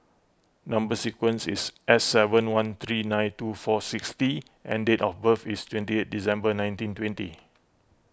Number Sequence is S seven one three nine two four six T and date of birth is twenty eight December nineteen twenty